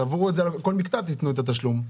תעברו על כל מקטע ותקבעו את התשלום.